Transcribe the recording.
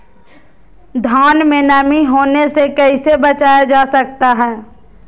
धान में नमी होने से कैसे बचाया जा सकता है?